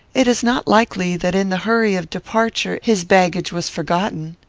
it is not likely that in the hurry of departure his baggage was forgotten.